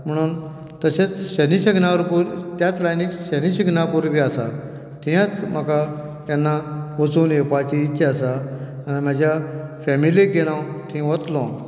तशेंच त्या लायनींत आसा थंय म्हाका केन्ना वचून येवपाची इत्सा आसा म्हाज्या फेमिलीक घेवन हांव थंय वतलों